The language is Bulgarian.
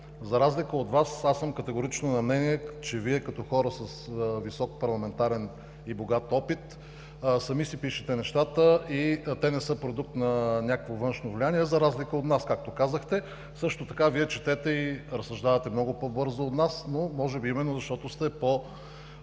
За разлика от Вас, аз съм категорично на мнение, че Вие като хора с висок парламентарен и богат опит сами си пишете нещата и те не са продукт на някакво външно влияние, за разлика от нас, както казахте. Също така Вие четете и разсъждавате много по-бързо от нас, но може би именно защото сте по-отдавна